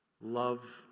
love